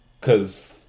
cause